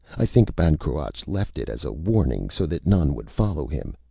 i think ban cruach left it as a warning, so that none would follow him.